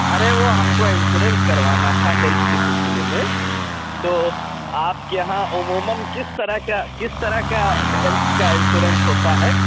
ارے وہ ہم کو انشورنس کروانا تھا ہیلتھ کے سلسلے میں تو آپ کے یہاں عموماً کس طرح کا کس طرح کا ہیلتھ کا انشورنس ہوتا ہے